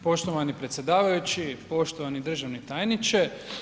Poštovani predsjedavajući, poštovani državni tajniče.